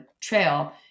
trail